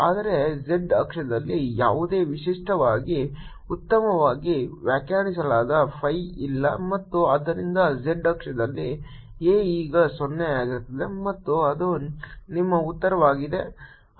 ಆದರೆ z ಅಕ್ಷದಲ್ಲಿ ಯಾವುದೇ ವಿಶಿಷ್ಟವಾಗಿ ಉತ್ತಮವಾಗಿ ವ್ಯಾಖ್ಯಾನಿಸಲಾದ phi ಇಲ್ಲ ಮತ್ತು ಆದ್ದರಿಂದ z ಅಕ್ಷದಲ್ಲಿ A ಈಗ 0 ಆಗಿರುತ್ತದೆ ಮತ್ತು ಅದು ನಿಮ್ಮ ಉತ್ತರವಾಗಿದೆ